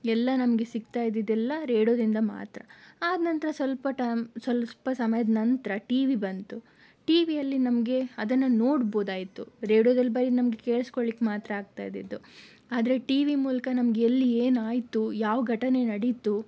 ಎಲ್ಲ ನಮಗೆ ಸಿಗ್ತಾ ಇದ್ದದ್ದೆಲ್ಲ ರೇಡಿಯೋದಿಂದ ಮಾತ್ರ ಆದ ನಂತರ ಸ್ವಲ್ಪ ಟೈಮ್ ಸ್ವಲ್ಪ ಸಮಯದ ನಂತರ ಟಿವಿ ಬಂತು ಟಿವಿಯಲ್ಲಿ ನಮಗೆ ಅದನ್ನು ನೋಡಬಹುದಾಯಿತು ರೇಡಿಯೋದಲ್ಲಿ ಬರೀ ನಮಗೆ ಕೇಳಿಸ್ಕೊಳ್ಳಿಕ್ಕೆ ಮಾತ್ರ ಆಗ್ತಾ ಇದ್ದದ್ದು ಆದರೆ ಟಿವಿ ಮೂಲಕ ನಮಗೆ ಎಲ್ಲಿ ಏನಾಯಿತು ಯಾವ ಘಟನೆ ನಡೀತು